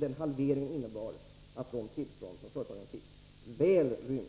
Denna halvering innebar att de tillstånd som företagen fick väl rymdes